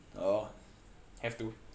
oh have to